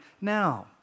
now